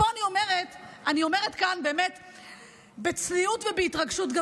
אני אומרת כאן בצניעות ובהתרגשות גם